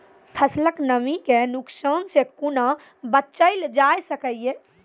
फसलक नमी के नुकसान सॅ कुना बचैल जाय सकै ये?